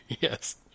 Yes